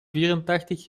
vierentachtig